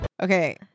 Okay